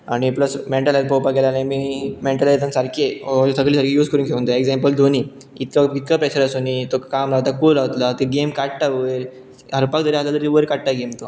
आनी plus mental health पोवपाक गेले आनी आमी मेंटल हेल्थान सारकी सगळी सकी यूज करून घेवनता एक्साम्प्ल धोनी इतलो कतलो प्रेशर आसना तो काम रावता कूल रावलो गेम काडटा वयर हालपाक जरी आसल्या तरी वयर काडटा गेम तो